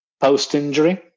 post-injury